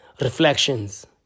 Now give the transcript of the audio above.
reflections